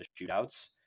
shootouts